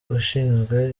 ushinzwe